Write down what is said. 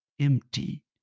empty